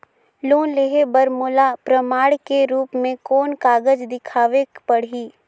Loan लेहे बर मोला प्रमाण के रूप में कोन कागज दिखावेक पड़ही?